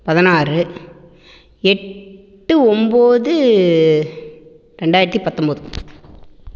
பதினாறு எட்டு ஒம்பது ரெண்டாயிரத்தி பத்தொம்பது